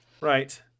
Right